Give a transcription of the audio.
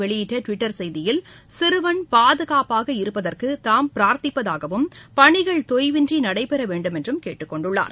வெளியிட்ட்விட்டர் செய்தியில் சிறுவன் இகொடர்பாக பிரகமர் பாகுகாப்பாக இருப்பதற்குதாம் பிரார்த்திப்பதாகவும் பணிகள் தொய்வின்றிநடைபெறவேண்டும் என்றும் கேட்டுக்கொண்டுள்ளார்